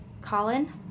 Colin